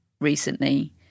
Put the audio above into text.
recently